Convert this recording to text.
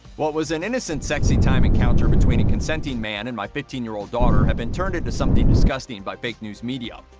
what was an innocent sexytime encounter between a consenting man and my fifteen year old daughter have been turned into something disgusting by fake news media.